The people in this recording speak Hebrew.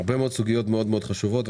בהרבה מאוד סוגיות חשובות מאוד,